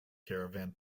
caravan